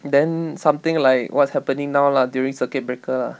then something like what's happening now lah during circuit breaker lah